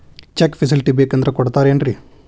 Check facility ಬೇಕಂದ್ರ ಕೊಡ್ತಾರೇನ್ರಿ?